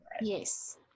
yes